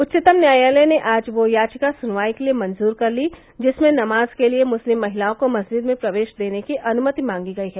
उच्चतम न्यायालय ने आज वह याचिका सुनवाई के लिए मंजूर कर ली जिसमें नमाज के लिए मुस्लिम महिलाओं को मस्जिद में प्रवेश देने की अनुमति मांगी गई है